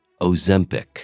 Ozempic